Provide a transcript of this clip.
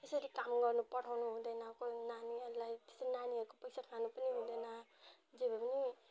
त्यसरी काम गर्न पठाउनु हुँदैन कोही नानीहरूलाई त्यसरी नानीहरूको पैसा खानु पनि हुँदैन जे भए पनि